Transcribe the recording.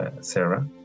Sarah